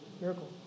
Miracle